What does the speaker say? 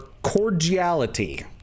cordiality